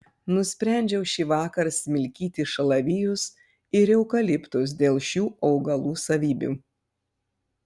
nusprendžiau šįvakar smilkyti šalavijus ir eukaliptus dėl šių augalų savybių